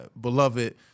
beloved